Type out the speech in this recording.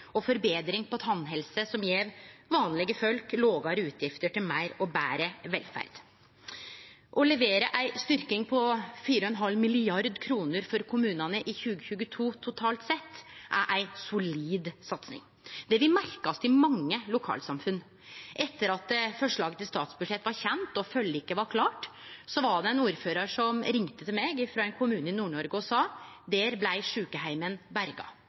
og forbetring på tannhelse, som gjev vanlege folk lågare utgifter til meir og betre velferd. Å levere ei styrking på 4,5 mrd. kr for kommunane i 2022 totalt sett er ei solid satsing. Det vil merkast i mange lokalsamfunn. Etter at forslaget til statsbudsjett var kjent og forliket var klart, var det ein ordførar som ringde meg frå ein kommune i Nord-Norge og sa: Der blei sjukeheimen berga